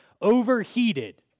overheated